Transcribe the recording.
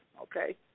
okay